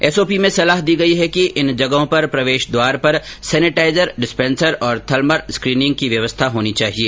SOP में सलाह दी गई है कि इन जगहों पर प्रवेश द्वार पर सैनेटाइजर डिस्पेंसर और थर्मल स्क्रिनिंग की व्यवस्था होनी चाहिए